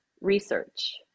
research